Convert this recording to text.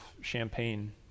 champagne